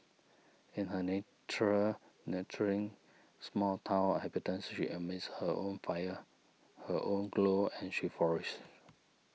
in her natural nurturing small town habitants she emits her own fire her own glow and she flourishes